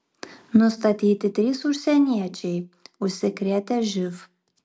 nustatyti trys užsieniečiai užsikrėtę živ